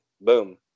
boom